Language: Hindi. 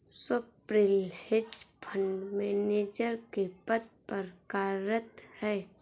स्वप्निल हेज फंड मैनेजर के पद पर कार्यरत है